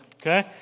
Okay